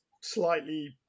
slightly